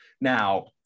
now